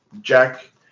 Jack